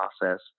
process